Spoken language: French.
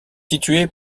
situé